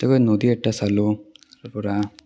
তাতে গৈ নদী এটা চালোঁ তাৰপৰা